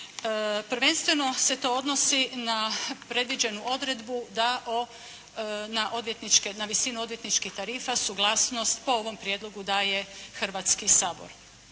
Prvenstveno se to odnosi na predviđenu odredbu na visinu odvjetničkih tarifa suglasnost po ovom prijedlogu daje Hrvatski sabor.